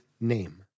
name